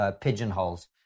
pigeonholes